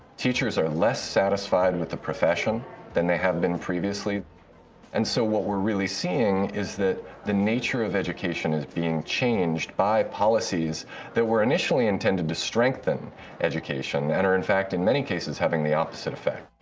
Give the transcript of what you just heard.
teachers are less satisfied with the profession than they have been previously and so what we're really seeing is that the nature of education is being changed by policies that were initially intended to strengthen education that and are, in fact, in many cases, having the opposite effect.